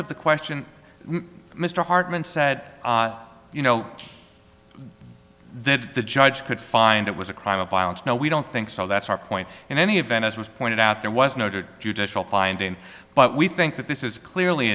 of the question mr hartman said you know that the judge could find it was a crime of violence no we don't think so that's our point in any event as was pointed out there was no judicial finding but we think that this is clearly